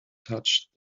touched